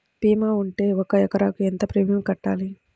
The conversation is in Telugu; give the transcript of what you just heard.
భీమా ఉంటే ఒక ఎకరాకు ఎంత ప్రీమియం కట్టాలి?